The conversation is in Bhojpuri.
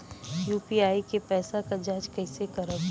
यू.पी.आई के पैसा क जांच कइसे करब?